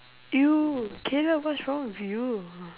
!eww! caleb what's wrong with you